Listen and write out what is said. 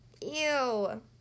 Ew